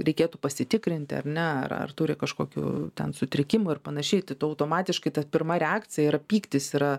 reikėtų pasitikrinti ar ne ar ar turi kažkokių ten sutrikimų ir panašiai tai tu automatiškai ta pirma reakcija yra pyktis yra